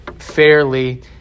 fairly